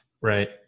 Right